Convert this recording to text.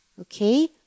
okay